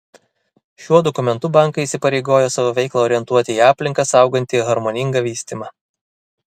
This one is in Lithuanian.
šiuo dokumentu bankai įsipareigojo savo veiklą orientuoti į aplinką saugantį harmoningą vystymą